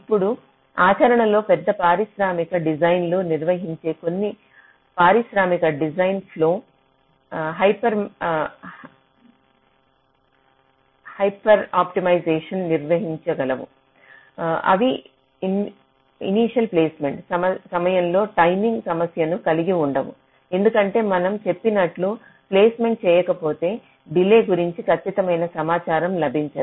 ఇప్పుడు ఆచరణలోని పెద్ద పారిశ్రామిక డిజైన్లను నిర్వహించే కొన్ని పారిశ్రామిక డిజైన్ ఫ్లొ హైపర్ఫామెన్స్ డిజైన్స్ నిర్వహించ గలవు అవి ఇనిషియల్ ప్లేస్మెంట్ సమయంలో టైమింగ్ సమస్యలను కలిగి ఉండవు ఎందుకంటే మనం చెప్పినట్లు ప్లేస్మెంట్ చేయకపోతే డిలే గురించి ఖచ్చితమైన సమాచారం లభించదు